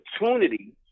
opportunity